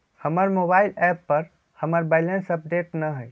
हमर mobile app पर हमर बैलेंस अपडेट न हई